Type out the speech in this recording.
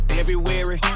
February